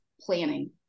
planning